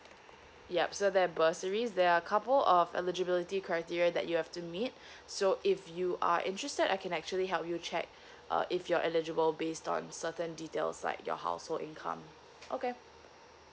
yup so there're bursaries there are couple of eligibility criteria that you have to meet so if you are interested I can actually help you check uh if you're eligible based on certain details like your household income okay